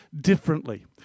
differently